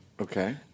Okay